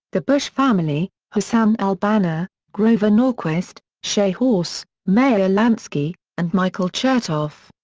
the bush family, hassan al banna, grover norquist, shay horse, meyer lansky, and michael chertoff.